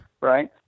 Right